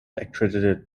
accredited